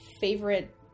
favorite